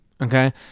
okay